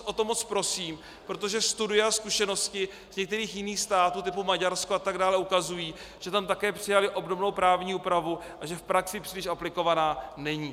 Fakt o to moc prosím, protože studie a zkušenosti z některých jiných států typu Maďarsko atd. ukazují, že tam také přijali obdobnou právní úpravu a že v praxi příliš aplikovaná není.